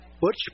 Butch